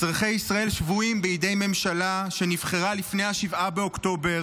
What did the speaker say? אזרחי ישראל שבויים בידי ממשלה שנבחרה לפני השבעה באוקטובר